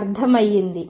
అర్థమైంది